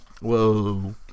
Whoa